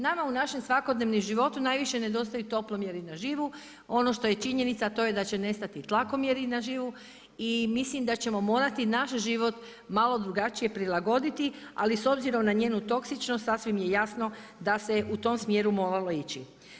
Nama u našem svakodnevnom životu najviše nedostaju toplomjeri na živu, ono što je činjenica to je da će nestati tlakomjeri na živu i mislim da ćemo morati naš život malo drugačije prilagoditi, ali s obzirom na njenu toksičnost sasvim je jasno da se u tom smjeru moralo ići.